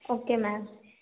okay ma'am